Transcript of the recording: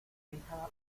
fija